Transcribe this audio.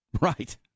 right